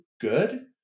good